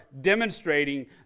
demonstrating